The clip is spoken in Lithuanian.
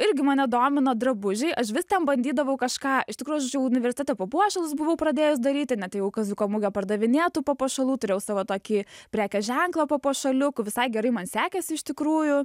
irgi mane domino drabužiai aš vis ten bandydavau kažką iš tikro aš universitete papuošalus buvau pradėjus daryt net ėjau į kaziuko mugę pardavinėt tų papuošalų turėjau savo tą tokį prekės ženklą papuošaliukų visai gerai man sekėsi iš tikrųjų